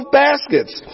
baskets